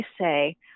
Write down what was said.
say